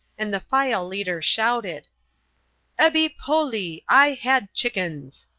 and the file-leader shouted ebbi polli, i had chickens!